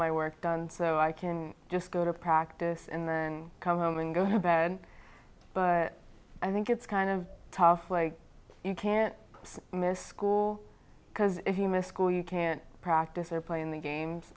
my work done so i can just go to practice and learn come home and go to bed but i think it's kind of tough way you can't miss school because if you missed school you can't practice or play in the games